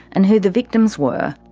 and who the victims were.